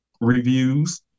reviews